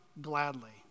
gladly